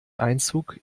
einzug